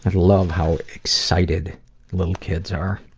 love how excited little kids are.